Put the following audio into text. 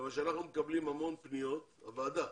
הוועדה